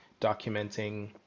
documenting